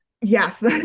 Yes